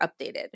updated